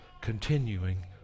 continuing